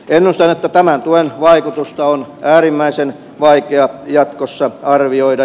ennustan että tämän tuen vaikutusta on äärimmäisen vaikea jatkossa arvioida